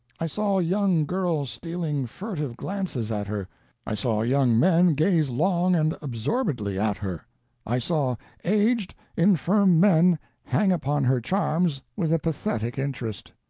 i saw young girls stealing furtive glances at her i saw young men gaze long and absorbedly at her i saw aged, infirm men hang upon her charms with a pathetic interest.